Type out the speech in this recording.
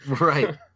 right